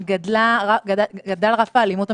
כי למי שאין מה להפסיד למה שבכלל ישמע לנו?